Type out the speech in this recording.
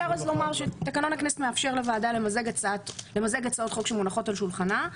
תקנון הכנסת מאפשר למזג הצעות חוק שמונחות על שולחנה.